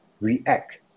react